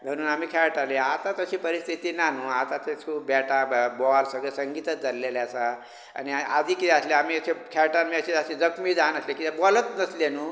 घेवन आमी खेळटाले आतां तशी परिस्थिती ना न्ही आतां तें बॅटा बॉल सगळें संगीतच जाल्लेलें आसा आनी आदी कितें आसलें आमी खेळटाले तेन्ना आमी अशें अशेंं जखमी जाय नासले कित्याक बॉलच तसले न्हू